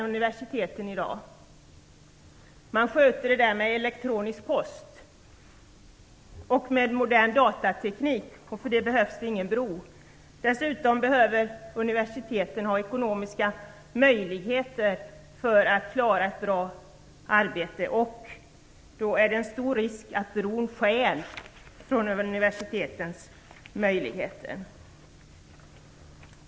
Det sköts via elektronisk post och med modern datateknik. För det behövs det ingen bro. Dessutom behöver universiteten ha ekonomiska möjligheter för att klara ett bra arbete. Då är risken stor att bron stjäl från universitetens möjligheter.